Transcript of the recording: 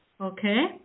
Okay